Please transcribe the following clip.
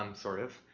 um sort of.